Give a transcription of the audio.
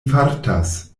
fartas